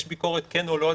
יש ביקורת כן או לא,